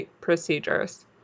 procedures